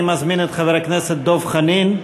אני מזמין את חבר הכנסת דב חנין,